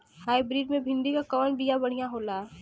Hybrid मे भिंडी क कवन बिया बढ़ियां होला?